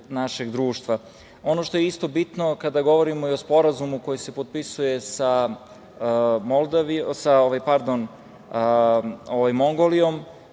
našeg društva. Ono što je isto bitno kada govorimo i o Sporazumu koji se potpisuje sa Mongolijom,